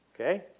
Okay